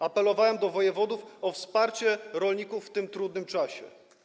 Apelowałem do wojewodów o wsparcie rolników w tym trudnym czasie.